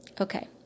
Okay